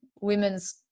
women's